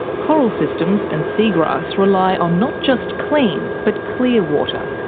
coral systems and seagrass rely on not just clean but clear water,